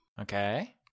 okay